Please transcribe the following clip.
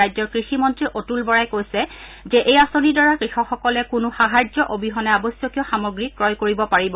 ৰাজ্যৰ কৃষিমন্ত্ৰী অতূল বৰাই কৈছে যে এই আঁচনিৰ দ্বাৰা কৃষকসকলে কোনো সাহায্য অবিহনে আৱশ্যকীয় সামগ্ৰী ক্ৰয় কৰিব পাৰিব